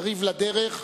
יריב לדרך,